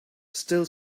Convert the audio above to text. still